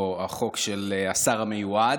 או החוק של השר המיועד.